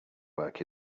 work